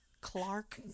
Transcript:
Clark